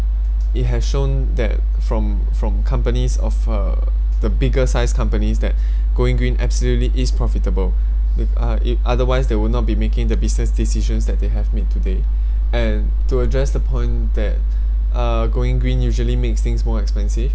it has shown that from from companies of uh the bigger sized companies that going green absolutely is profitable if uh if otherwise they would not be making the business decisions that they have made today and to address the point that uh going green usually makes things more expensive